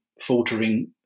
faltering